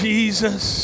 Jesus